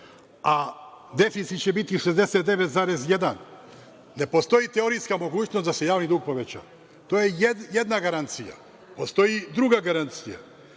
a deficit će biti 69,1%, ne postoji teorijska mogućnost da se javni dug poveća. To je jedna garancija. Postoji druga garancija.